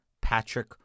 Patrick